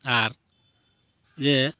ᱟᱨ ᱡᱮ